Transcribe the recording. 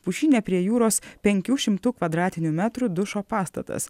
pušyne prie jūros penkių šimtų kvadratinių metrų dušo pastatas